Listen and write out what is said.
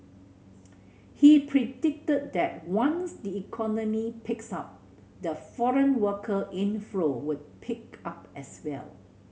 he predicted that once the economy picks up the foreign worker inflow would pick up as well